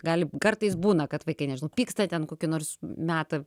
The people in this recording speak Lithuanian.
gali kartais būna kad vaikai nežinau pyksta ten kokį nors